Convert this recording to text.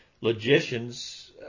logicians